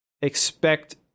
expect